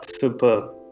super